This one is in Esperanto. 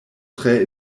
tre